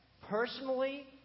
personally